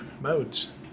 modes